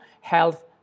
health